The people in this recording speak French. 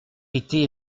été